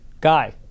guy